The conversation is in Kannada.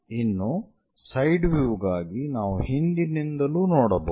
ಇನ್ನು ಸೈಡ್ ವ್ಯೂ ಗಾಗಿ ನಾವು ಹಿಂದಿನಿಂದಲೂ ನೋಡಬಹುದು